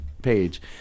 page